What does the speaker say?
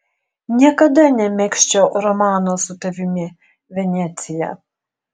niekada nemegzčiau romano su tavimi venecija